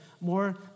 more